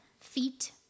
feet